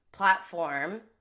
platform